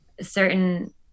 certain